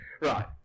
right